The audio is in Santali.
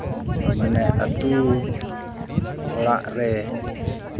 ᱢᱟᱱᱮ ᱟᱛᱳ ᱚᱲᱟᱜ ᱨᱮ